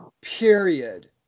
Period